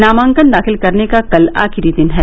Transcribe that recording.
नामांकन दाखिल करने का कल आखिरी दिन है